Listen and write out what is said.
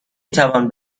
میتوان